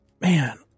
Man